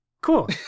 Cool